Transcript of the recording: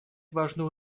важную